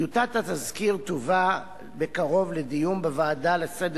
טיוטת התזכיר תובא בקרוב לדיון בוועדה לסדר